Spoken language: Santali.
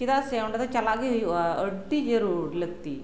ᱪᱮᱫᱟᱜ ᱥᱮ ᱚᱸᱰᱮ ᱫᱚ ᱪᱟᱞᱟᱜ ᱜᱮ ᱦᱩᱭᱩᱜᱼᱟ ᱟᱹᱰᱤ ᱡᱟᱹᱨᱩᱲ ᱞᱟᱹᱠᱛᱤ